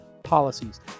policies